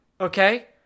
Okay